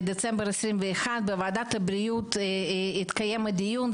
בדצמבר 2021 בוועדת הבריאות התקיים הדיון,